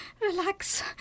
Relax